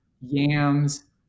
yams